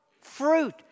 Fruit